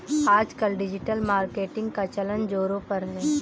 आजकल digital marketing का चलन ज़ोरों पर है